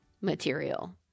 Material